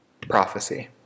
prophecy